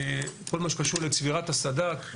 כל מה שקשור לצבירת הסד"כ,